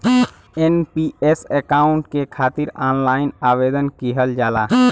NPS account के खातिर online आवेदन किहल जाला